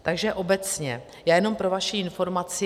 Takže obecně jenom pro vaši informaci.